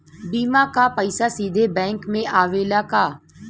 बीमा क पैसा सीधे बैंक में आवेला का?